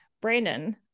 Brandon